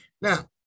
Now